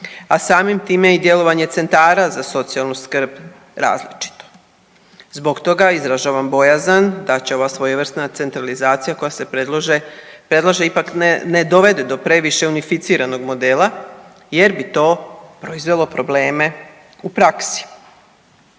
a samim time i djelovanje centara za socijalnu skrb različito. Zbog toga izražavam bojazan da će ova svojevrsna centralizacija koja se predlaže ipak ne dovede do previše unificiranog modela jer bi to proizvelo probleme u praksi.